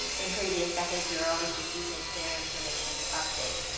if previous decades, we were always just using their information to update.